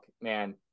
man